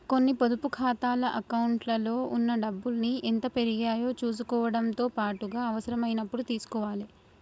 కొన్ని పొదుపు ఖాతాల అకౌంట్లలో ఉన్న డబ్బుల్ని ఎంత పెరిగాయో చుసుకోవడంతో పాటుగా అవసరమైనప్పుడు తీసుకోవాలే